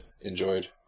enjoyed